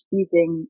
using